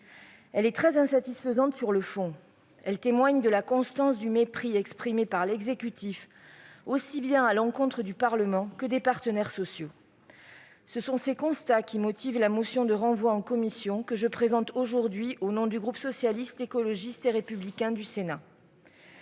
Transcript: de loi. Très insatisfaisante sur le fond, celle-ci atteste la constance du mépris exprimé par l'exécutif aussi bien à l'encontre du Parlement que des partenaires sociaux. Tels sont les constats qui motivent la motion demandant le renvoi à la commission que je présente aujourd'hui au nom du groupe Socialiste, Écologiste et Républicain du Sénat.